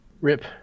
rip